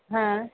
हां